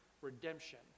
redemption